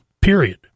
period